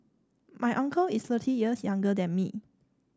my uncle is thirty years younger than me